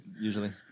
usually